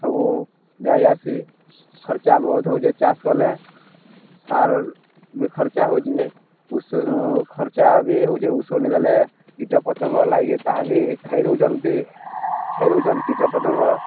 ସବୁ ଦିଆଯାସି ଖର୍ଚ୍ଚା ବହୁତ ହଉଛେ ଚାଷ୍ କଲେ ସାର୍ ବି ଖର୍ଚ୍ଚା ହଉଛେ ଉ ଖର୍ଚ୍ଚା ବି ହଉଚେ ଉଷୁଣି ଦେେଲେ କୀଟପତଙ୍ଗ ଲାଗକି ତାହା ବି ଖାଇ ଦେଉଛନ୍ତି ଖେଇ ଦେଉଛନ୍ତି କୀଟପତଙ୍ଗ